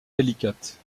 délicate